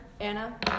Anna